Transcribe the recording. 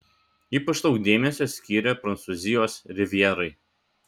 ypač daug dėmesio skyrė prancūzijos rivjerai